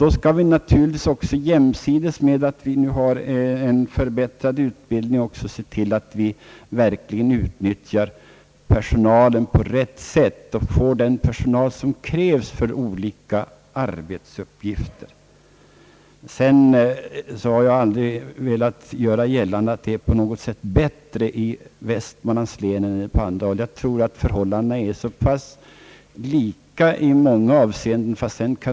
Då skall vi naturligtvis jämsides med en förbättrad och utökad utbildning också se till att personalen utnyttjas på rätt sätt och att vi får den personal som krävs för olika arbetsuppgifter. Jag har aldrig velat göra gällande att det på något sätt är bättre ställt i Västmanlands län än på andra håll utan tror att förhållandena är lika i många avseenden.